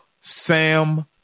Sam